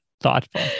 Thoughtful